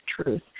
truth